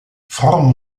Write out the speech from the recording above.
form